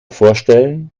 vorstellen